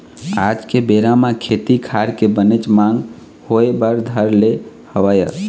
आज के बेरा म खेती खार के बनेच मांग होय बर धर ले हवय